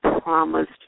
promised